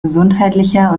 gesundheitlicher